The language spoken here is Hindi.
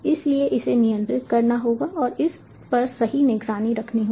इसलिए इसे नियंत्रित करना होगा और इस पर सही निगरानी रखनी होगी